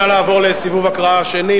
נא לעבור לסיבוב הקראה שני,